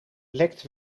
lekt